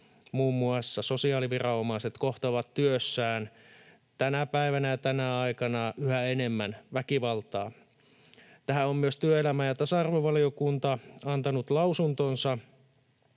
muun muassa sosiaaliviranomaiset kohtaavat työssään tänä päivänä ja tänä aikana yhä enemmän väkivaltaa. Tähän on myös työelämä- ja tasa-arvovaliokunta antanut lausuntonsa,